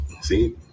see